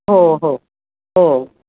हो हो हो